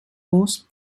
most